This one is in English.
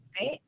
Right